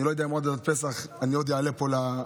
אני לא יודע אם עד פסח אני עוד אעלה פה לפודיום,